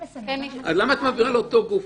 --- אז למה את מעבירה לאותו גוף?